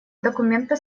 документа